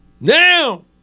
Now